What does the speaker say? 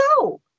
no